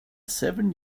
seven